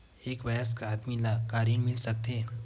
एक वयस्क आदमी ला का ऋण मिल सकथे?